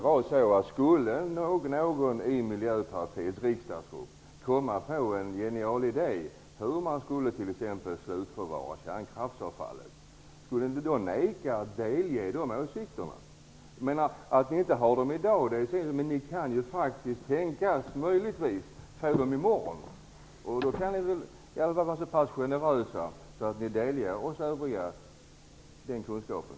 Om någon i Miljöpartiets riksdagsgrupp komma på en genial idé t.ex. om hur man kan slutförvara kärnkraftsavfallet. Skulle Miljöpartiet då inte delge oss andra dessa idéer? Det är tydligt att ni inte har dessa idéer i dag, men det kan ju tänkas att ni i Miljöpartiet får dem i morgon. Då kan ni väl vara så pass generösa att ni delger oss andra den kunskapen?